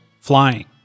flying